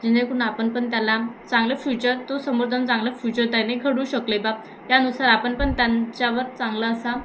जेणेकरून आपण पण त्याला चांगलं फ्युचर तो समोर जाऊन चांगला फ्युचर त्याने घडू शकले बा त्यानुसार आपण पण त्यांच्यावर चांगला असा